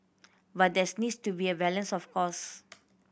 but there's needs to be a balance of course